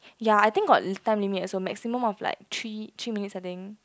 ya I think got time limit also maximum of like three three minutes I think